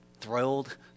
thrilled